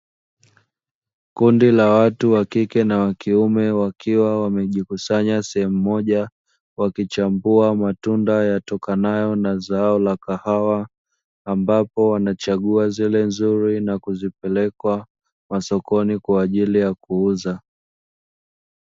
Kundi la watu wakike na wakiume wakiwa wamejikusanya sehemu moja, wakichambua matunda yatokanayo na zao la kahawa, ambapo wanachagua zile nzuri na kuzipeleka masokoni kwa ajili ya kuuza.